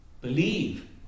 believe